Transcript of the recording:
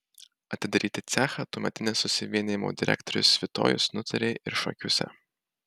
atidaryti cechą tuometinis susivienijimo direktorius svitojus nutarė ir šakiuose